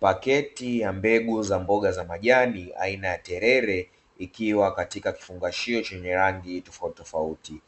Paketi ya mboga za majani aina terere ikiwa katika vifungashio vyenye rangi ya aina tofautitofauti.